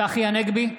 צחי הנגבי,